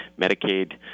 Medicaid